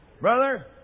Brother